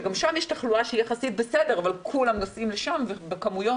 שגם שם יש תחלואה שהיא יחסית בסדר אבל כולם נוסעים לשם ובכמויות